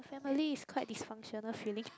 family is quite dysfunctional feeling